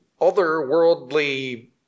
otherworldly